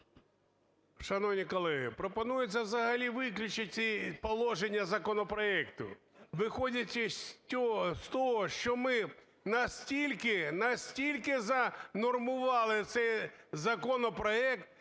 Шановні колеги, пропонується взагалі виключити ці положення законопроекту. Виходячи з того, що ми настільки, настільки занормували цей законопроект,